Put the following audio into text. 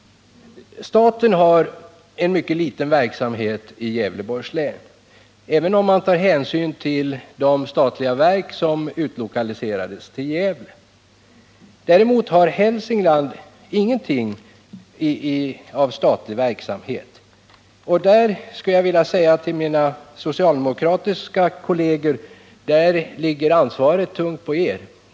Staten har en mycket liten verksamhet i Gävleborgs län, även om man tar hänsyn till de statliga verk som utlokaliserades till Gävle. Hälsingland har ingen statlig verksamhet. Till mina socialdemokratiska kolleger skulle jag vilja säga: Där vilar ansvaret tungt på er.